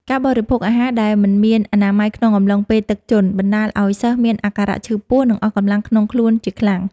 ការបរិភោគអាហារដែលមិនមានអនាម័យក្នុងកំឡុងពេលទឹកជន់ បណ្តាលឱ្យសិស្សមានអាការៈឈឺពោះ និងអស់កម្លាំងក្នុងខ្លួនជាខ្លាំង។